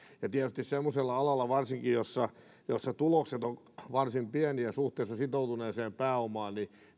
ja tietysti varsinkin semmoisella alalla jossa tulokset ovat varsin pieniä suhteessa sitoutuneeseen pääomaan